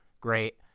great